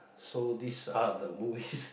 so these are the movies